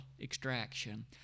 extraction